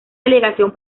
delegación